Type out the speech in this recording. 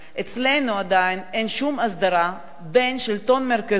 אצלנו עדיין אין שום הסדרה בין שלטון מרכזי